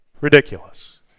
ridiculous